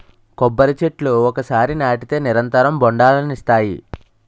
కొబ్బరి చెట్లు ఒకసారి నాటితే నిరంతరం బొండాలనిస్తాయి